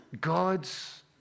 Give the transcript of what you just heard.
God's